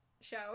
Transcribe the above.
show